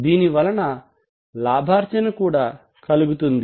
దీనివల్ల లాభార్జన కూడా కలుగుతుంది